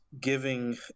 giving